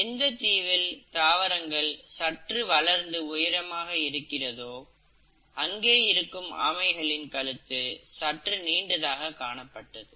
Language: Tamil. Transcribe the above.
எந்த தீவில் தாவரங்கள் சற்று வளர்ந்து உயரமாக இருக்கிறதோ அங்கே இருக்கும் ஆமைகளின் கழுத்து சற்று நீண்டதாக காணப்பட்டது